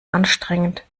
anstrengend